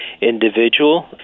individual